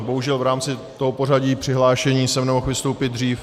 Bohužel v rámci toho pořadí přihlášení jsem nemohl vystoupit dřív.